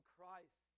Christ